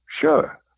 sure